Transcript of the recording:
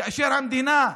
כאשר המדינה,